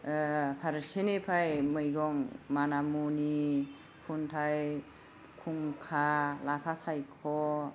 ओह फारसेनिफाइ मैगं मानामुनि खुन्थाइ खुंखा लाफा सायख'